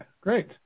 Great